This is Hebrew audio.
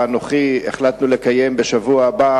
ואנוכי החלטנו לקיים בשבוע הבא